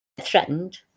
threatened